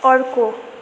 अर्को